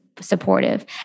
supportive